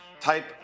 type